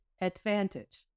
advantage